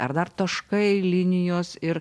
ar dar taškai linijos ir